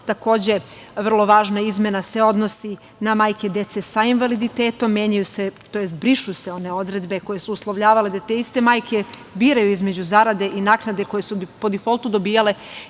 Takođe, vrlo važna izmena se odnosi na majke dece sa invaliditetom, menjaju se to jest brišu se one odredbe koje su uslovljavale da te iste majke biraju između zarade i naknade koje su po difoltu dobijale